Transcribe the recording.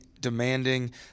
demanding